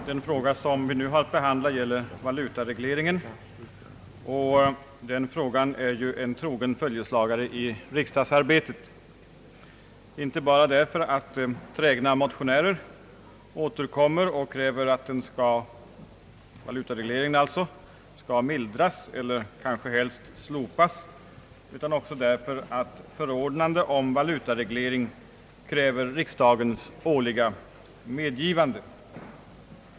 Den fråga som vi nu har att behandla gäller valutaregleringen och är ju en trogen följeslagare i riksdagsarbetet, inte bara därför att trägna motionärer återkommer och kräver att valutaregleringen skall mildras eller kanske helst slopas, utan också därför att ett förordnande om valutareglering kräver riksdagens årliga medgivande.